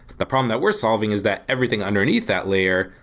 the problem that we're solving is that everything underneath that layer,